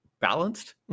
balanced